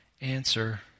answer